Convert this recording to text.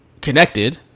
connected